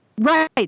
Right